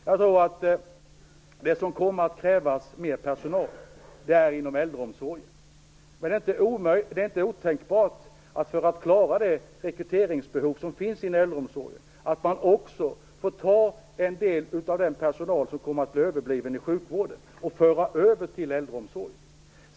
Jag tror att det som kommer att kräva mer personal är äldreomsorgen. För att klarar det rekryteringsbehov som finns inom äldreomsorgen är det inte otänkbart att man får föra över en del av den personal som kommer att bli överbliven i sjukvården till äldreomsorgen.